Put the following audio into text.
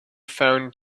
found